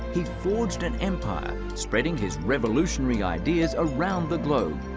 he forged an empire spreading his revolutionary ideas around the globe.